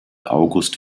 august